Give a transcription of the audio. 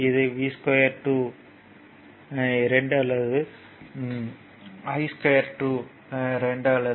இது V2 2 அல்லது I2 2 ஆகும்